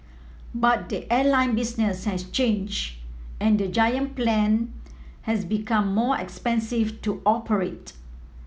but the airline business has change and the giant plane has become more expensive to operate